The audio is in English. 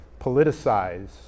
politicize